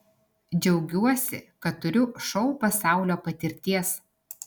džiaugiuosi kad turiu šou pasaulio patirties